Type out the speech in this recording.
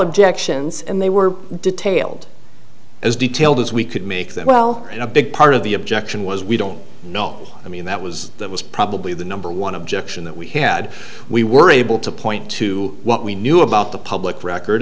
objections and they were detailed as detailed as we could make them well and a big part of the objection was we don't know i mean that was that was probably the number one objection that we had we were able to point to what we knew about the public record